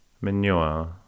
Manure